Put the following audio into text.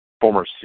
former